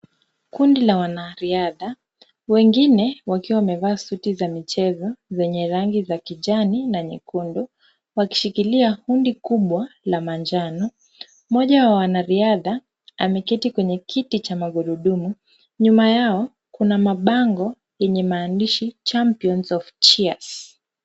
Kundi la wanariadha, wengine wakiwa wamevaa suti za michezo zenye rangi za kijani na nyekundu. Wakishikilia hundi kubwa la manjano. Mmoja wa wanariadha ameketi kwenye kiti cha magurudumu. Nyuma yao kuna mabango yenye maandishi, Champions Of Cheers.